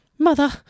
Mother